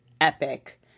epic